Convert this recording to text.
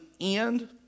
end